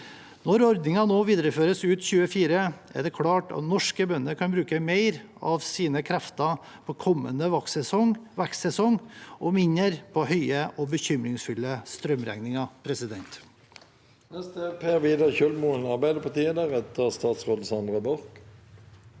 Når ordningen nå videreføres ut 2024, er det klart at norske bønder kan bruke mer av sine krefter på kommende vekstsesong og mindre på høye og bekymringsfulle strømregninger. Per Vidar